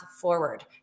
forward